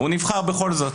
והוא נבחר בכל זאת.